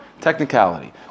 Technicality